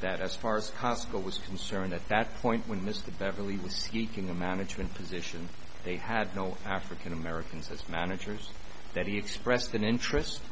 that as far as cosco was concerned at that point when mr beverly was seeking a management position they had no african americans as managers that he expressed an interest